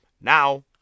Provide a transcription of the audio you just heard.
Now